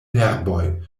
herboj